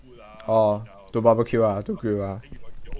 oh to barbecue ah to grill ah